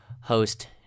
host